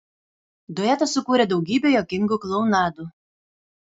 duetas sukūrė daugybę juokingų klounadų